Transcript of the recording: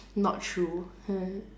not true mm